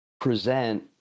present